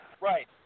right